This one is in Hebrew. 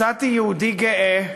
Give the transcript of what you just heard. מצאתי יהודי גאה,